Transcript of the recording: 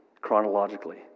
chronologically